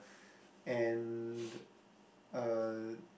and uh